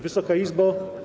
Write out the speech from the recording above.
Wysoka Izbo!